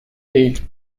değil